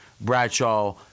Bradshaw